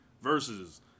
versus